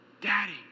Daddy